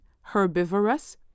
herbivorous